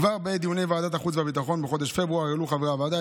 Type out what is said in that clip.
כבר בעת דיוני ועדת החוץ והביטחון בחודש פברואר העלו חברי הוועדה